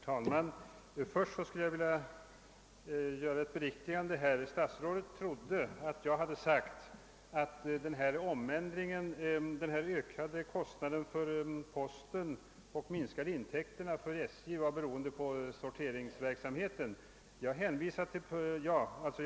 Herr talman! Först skulle jag vilja göra ett beriktigande. Statsrådet trodde att jag hade sagt att de ökade kostnaderna för posten och de minskade intäkterna för SJ berodde på omläggningen av postens sorteringsverksamhet.